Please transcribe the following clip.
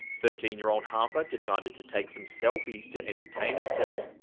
thirteen year old harper decided to take some selfies to entertain herself,